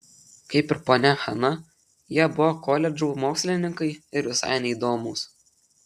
kaip ir ponia hana jie buvo koledžų mokslininkai ir visai neįdomūs